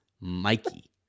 Mikey